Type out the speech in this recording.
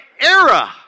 era